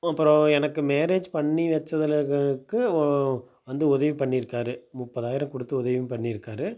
அப்புறம் எனக்கு மேரேஜ் பண்ணி வெச்சதில் எனக்கு வந்து உதவி பண்ணிருக்கார் முப்பதாயிரம் கொடுத்து உதவியும் பண்ணிருக்கார்